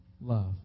love